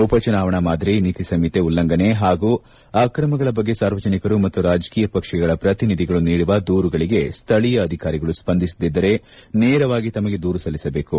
ಉಪಚುನಾವಣಾ ಮಾದರಿ ನೀತಿ ಸಂಹಿತೆ ಉಲ್ಲಂಘನೆ ಹಾಗೂ ಅಕ್ರಮಗಳ ಬಗ್ಗೆ ಸಾರ್ವಜನಿಕರು ಮತ್ತು ರಾಜಕೀಯ ಪಕ್ಷಗಳ ಪ್ರತಿನಿಧಿಗಳು ನೀಡುವ ದೂರುಗಳಿಗೆ ಸ್ಥಳೀಯ ಅಧಿಕಾರಿಗಳು ಸ್ವಂಧಿಸದಿದ್ದರೆ ನೇರವಾಗಿ ತಮಗೆ ದೂರು ಸಲ್ಲಿಸಬೇಕು